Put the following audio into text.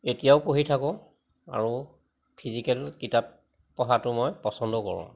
এতিয়াও পঢ়ি থাকোঁ আৰু ফিজিকেল কিতাপ পঢ়াটো মই পচন্দো কৰোঁ